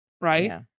right